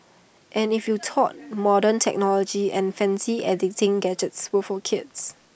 and if you thought modern technology and fancy editing gadgets were for kids